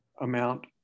amount